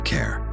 Care